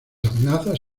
amenazas